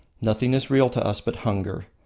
nothing is real to us but hunger,